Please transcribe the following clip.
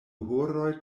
horoj